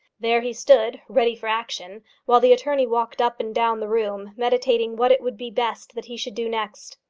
there he stood, ready for action while the attorney walked up and down the room meditating what it would be best that he should do next.